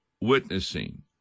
witnessing